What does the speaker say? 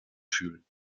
fühlen